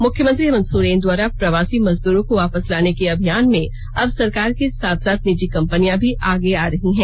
मुख्यमंत्री हेमंत सोरेन द्वारा प्रवासी मजदूरों को वापस लाने के अभियान में अब सरकार के साथ साथ निजी कंपनियां भी आगे आ रही हैं